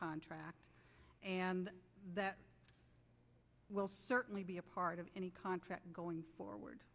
contract and that will certainly be a part of any contract going forward